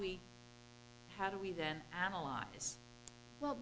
we how do we then add a lot as well